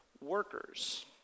workers